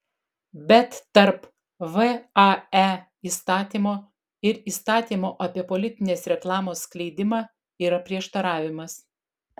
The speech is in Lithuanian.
bet tarp vae įstatymo ir įstatymo apie politinės reklamos skleidimą yra prieštaravimas